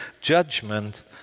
judgment